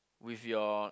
with your